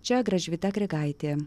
čia gražvyda grigaitė